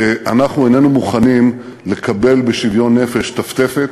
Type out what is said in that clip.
שאנחנו איננו מוכנים לקבל בשוויון נפש טפטפת,